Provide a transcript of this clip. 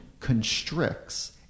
constricts